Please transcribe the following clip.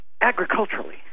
agriculturally